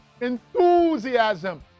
enthusiasm